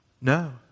No